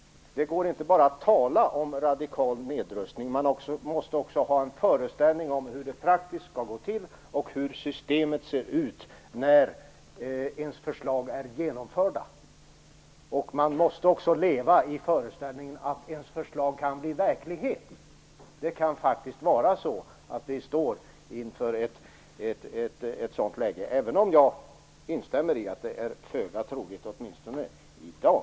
Det går inte bara att tala om radikal nedrustning. Man måste också ha en föreställning om hur det praktiskt skall gå till och om hur systemet ser ut när ens förslag är genomförda. Man måste också leva i föreställning att ens förslag kan bli verklighet. Man kan faktiskt stå inför ett sådant läge, även om jag instämmer i att det är föga troligt, åtminstone i dag.